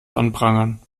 anprangern